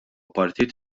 partit